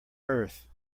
earth